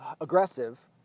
aggressive